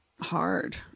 hard